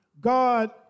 God